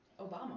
Obama